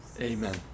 Amen